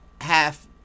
half